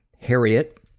Harriet